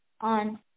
on